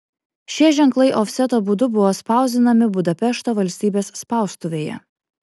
šie ženklai ofseto būdu buvo spausdinami budapešto valstybės spaustuvėje